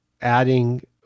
adding